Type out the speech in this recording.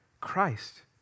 Christ